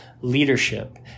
leadership